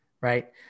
Right